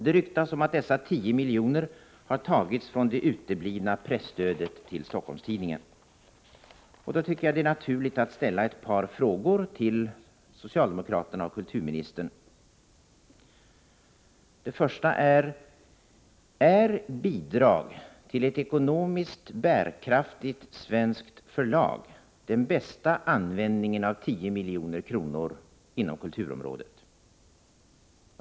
Det ryktas att dessa 10 miljoner har tagits från det uteblivna presstödet till Stockholms-Tidningen! Då tycker jag att det är naturligt att ställa ett par frågor till socialdemokraterna och kulturministern. Den första frågan är: Är bidrag till ett ekonomiskt bärkraftigt svenskt förlag den bästa användningen av 10 milj.kr. inom kulturområdet?